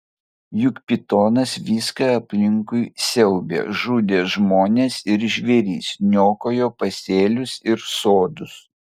juk pitonas viską aplinkui siaubė žudė žmones ir žvėris niokojo pasėlius ir sodus